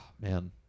man